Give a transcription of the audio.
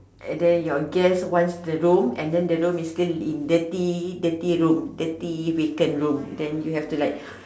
and then your guest wants the room and then the room is still in dirty dirty room dirty vacant room then you have to like